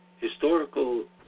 Historical